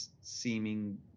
seeming